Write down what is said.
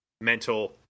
mental